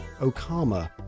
Okama